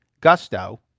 gusto